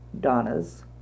Donna's